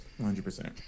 100%